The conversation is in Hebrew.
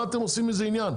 מה אתם עושים מזה עניין?